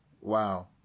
Wow